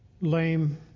lame